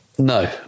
No